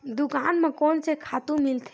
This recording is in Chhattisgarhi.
दुकान म कोन से खातु मिलथे?